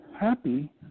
happy